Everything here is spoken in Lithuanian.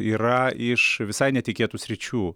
yra iš visai netikėtų sričių